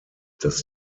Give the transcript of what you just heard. dass